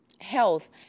health